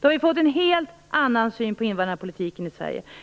Då har vi fått en helt annan syn på invandrarpolitiken i Sverige.